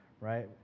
right